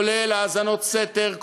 כולל האזנות סתר,